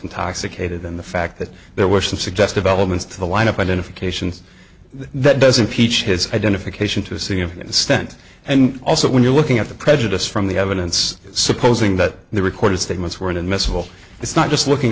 intoxicated in the fact that there were some suggestive elements to the lineup identify nations that doesn't teach his identification to sing of the stent and also when you're looking at the prejudice from the evidence supposing that the recorded statements were admissible it's not just looking